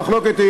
המחלוקת,